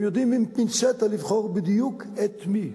הם יודעים עם פינצטה לבחור בדיוק את מי.